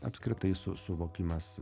apskritai su suvokimas